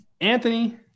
Anthony